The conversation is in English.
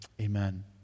Amen